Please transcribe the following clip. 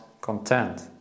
content